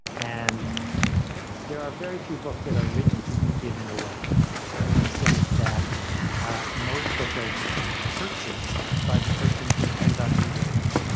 and there are very few books that are written to be given away in the sense that most books are purchased by the person intent on reading them.